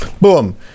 boom